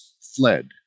fled